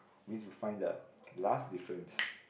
we need to find the last difference